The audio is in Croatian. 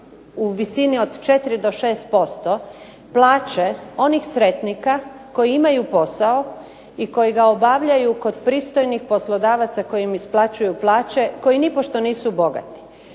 u visini od 4 do 6% plaće onih sretnika koji imaju posao i koji ga obavljaju kod pristojnih poslodavaca koji im isplaćuju plaće koji nipošto nisu bogati.